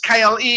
KLE